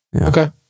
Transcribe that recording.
Okay